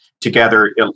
together